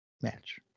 Match